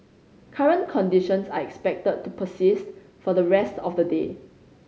current conditions are expected to persist for the rest of the day